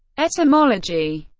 etymology